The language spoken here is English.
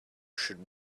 should